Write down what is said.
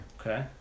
Okay